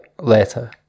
later